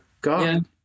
God